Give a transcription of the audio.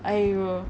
!aiyo!